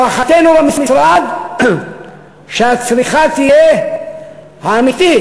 הערכתנו במשרד היא שהצריכה האמיתית,